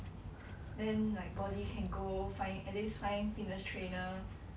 then like body can go find at least find fitness trainer